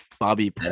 Bobby